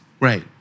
Right